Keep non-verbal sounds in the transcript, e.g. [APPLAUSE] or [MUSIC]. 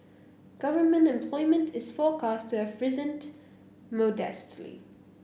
government employment is forecast to have [UNINTELLIGIBLE] modestly